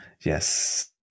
yes